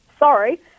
sorry